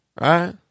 right